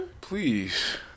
Please